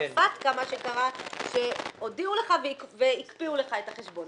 בפטקא מה שקרה, שהודיעו לך והקפיאו לך את החשבון.